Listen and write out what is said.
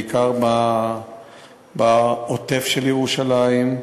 בעיקר בעוטף של ירושלים,